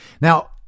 Now